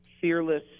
fearless